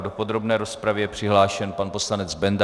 Do podrobné rozpravy je přihlášen pan poslanec Benda.